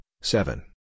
seven